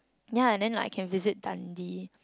ya and then like I can visit Dundee